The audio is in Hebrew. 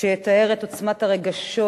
שיתאר את עוצמת הרגשות,